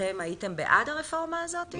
אתם הייתם בעד הרפורמה הזאת?